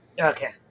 Okay